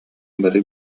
бары